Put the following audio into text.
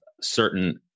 certain